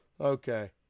Okay